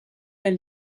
elle